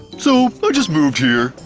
so, i just moved here.